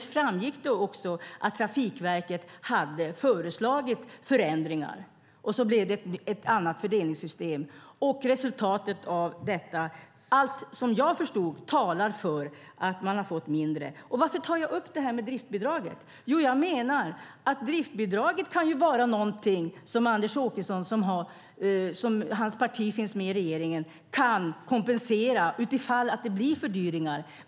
Där framgick det också att Trafikverket hade föreslagit förändringar. Det blev ett annat fördelningssystem, och resultatet av detta talar för, som jag förstod det, att man har fått mindre. Varför tar jag upp driftbidraget? Jo, jag menar att driftbidraget kan vara någonting som Anders Åkesson, vars parti finns med i regeringen, kan kompensera utifall det blir fördyringar.